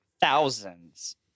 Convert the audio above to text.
thousands